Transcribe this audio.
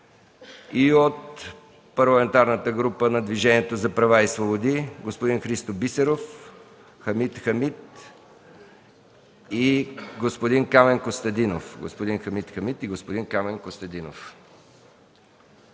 и от Парламентарната група на Движението за права и свободи – господин Христо Бисеров, господин Хамид Хамид и господин Камен Костадинов.